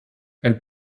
elle